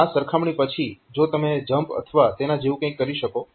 આ સરખામણી પછી જો તમે જમ્પ અથવા તેના જેવું કંઈક કરી શકો છો